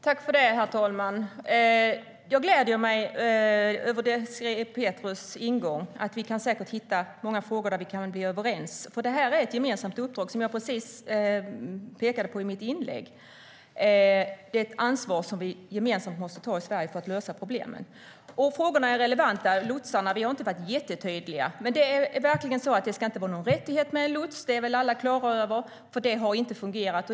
Herr talman! Jag gläder mig över Désirée Pethrus ingång. Vi kan säkert hitta många frågor där vi kan bli överens. Detta är ett gemensamt uppdrag, som jag pekade på i mitt inlägg. Det är ett ansvar som vi gemensamt måste ta i Sverige för att lösa problemen. Frågorna om lotsarna är relevanta. Vi har inte varit jättetydliga. Det är verkligen så att det inte ska vara någon rättighet med en lots. Det är väl alla klara över. Det har inte fungerat.